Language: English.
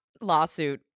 lawsuit